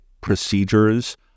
procedures